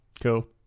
Cool